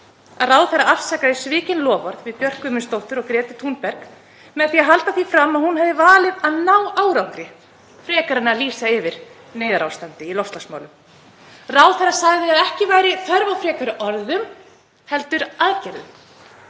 að ráðherra afsakaði svikin loforð við Björk Guðmundsdóttur og Gretu Thunberg með því að halda því fram að hún hefði valið að ná árangri frekar en að lýsa yfir neyðarástandi í loftslagsmálum. Ráðherra sagði að ekki væri þörf á frekari orðum heldur aðgerðum.